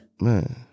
Man